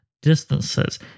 distances